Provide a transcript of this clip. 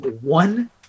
one